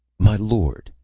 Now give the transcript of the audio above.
my lord,